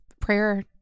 prayer